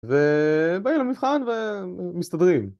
ובאים למבחן ומסתדרים